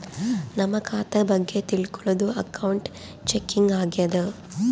ನಮ್ ಖಾತೆ ಬಗ್ಗೆ ತಿಲ್ಕೊಳೋದು ಅಕೌಂಟ್ ಚೆಕಿಂಗ್ ಆಗ್ಯಾದ